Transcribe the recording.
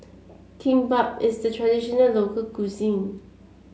Kimbap is a traditional local cuisine